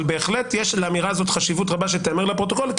אבל בהחלט יש לאמירה הזאת חשיבות רבה שתיאמר לפרוטוקול,